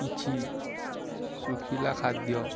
କିଛି ଶୁଖିଲା ଖାଦ୍ୟ